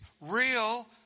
real